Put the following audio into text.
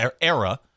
era